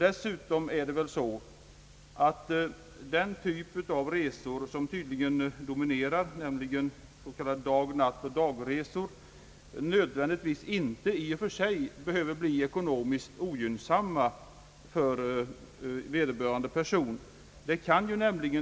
Dessutom behöver den typ av resor som tydligen dominerar, s.k. dag-nattdag-resor, inte bli ekonomiskt ogynnsamma för den skattskyldige.